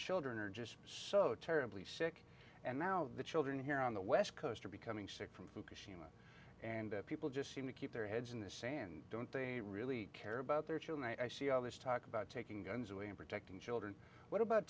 children are just so terribly sick and now the children here on the west coast are becoming sick from and people just seem to keep their heads in the sand don't they really care about their children i see all this talk about taking guns away and protecting children what about